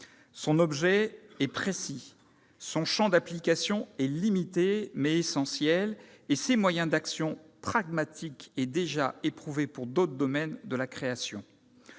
Son objet est précis, son champ d'application est limité, mais essentiel, et ses moyens d'action sont pragmatiques et déjà éprouvés dans d'autres domaines de la création.